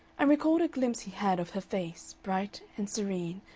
and recalled a glimpse he had of her face, bright and serene,